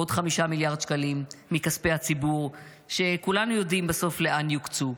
עוד 5 מיליארד שקלים מכספי הציבור שכולנו יודעים בסוף לאן יוקצו.